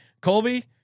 Colby